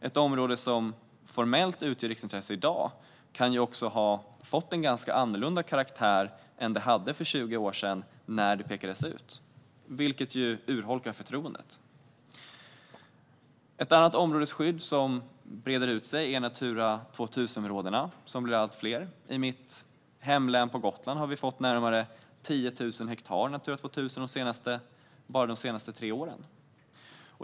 Ett område som formellt utgör riksintresse i dag kan också ha fått en helt annorlunda karaktär än det hade för 20 år sedan när det pekades ut, vilket urholkar förtroendet. Ett annat områdesskydd som breder ut sig är Natura 2000-områdena, som blir allt fler. I mitt hemlän Gotland har vi fått närmare 10 000 hektar Natura 2000-områden bara de senaste tre åren.